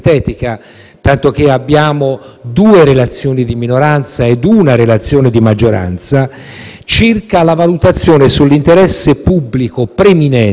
circa la valutazione sull'interesse pubblico preminente e naturalmente l'atto costituzionalmente rilevante.